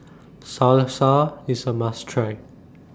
Salsa IS A must Try